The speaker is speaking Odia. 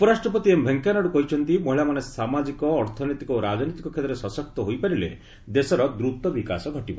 ଉପରାଷ୍ଟ୍ରପତି ଏମ୍ ଭେଙ୍କୟା ନାଇଡୁ କହିଛନ୍ତି ମହିଳାମାନେ ସାମାଜିକ ଅର୍ଥନୈତିକ ଓ ରାଜନୈତିକ କ୍ଷେତ୍ରରେ ସଶକ୍ତ ହୋଇପାରିଲେ ଦେଶର ଦ୍ରୁତ ବିକାଶ ଘଟିବ